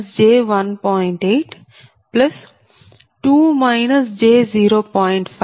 2 j1